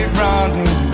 running